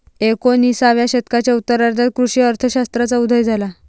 एकोणिसाव्या शतकाच्या उत्तरार्धात कृषी अर्थ शास्त्राचा उदय झाला